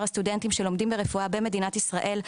הסטודנטים שלומדים רפואה במדינת ישראל,